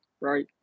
Right